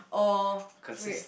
oh wait